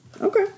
Okay